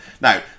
now